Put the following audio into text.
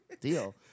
deal